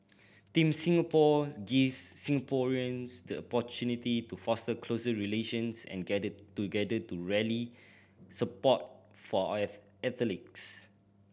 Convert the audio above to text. Team Singapore gives Singaporeans the to foster closer relations and gather together to rally support for as athletes